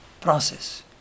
process